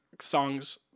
songs